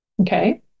Okay